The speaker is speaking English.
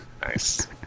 Nice